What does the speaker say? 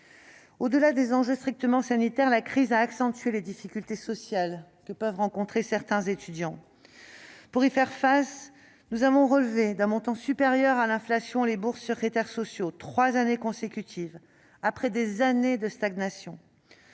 Au-delà des enjeux strictement sanitaires, la crise a accentué les difficultés sociales que peuvent rencontrer certains étudiants. Pour y faire face, nous avons relevé d'un montant supérieur à l'inflation les bourses sur critères sociaux, et cela trois années de suite, après des années de stagnation.